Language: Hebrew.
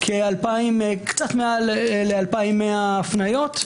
של קצת מעל 2,100 הפניות.